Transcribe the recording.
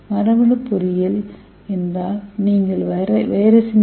மரபணு பொறியியல் என்றால் நீங்கள் வைரஸின் டி